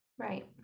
Right